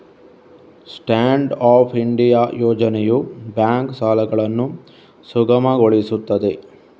stand up India ಯೋಜನೆಯು bank ಸಾಲಗಳನ್ನು ಸುಗಮಗೊಳಿಸುತ್ತದೆ